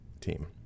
team